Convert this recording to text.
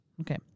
Okay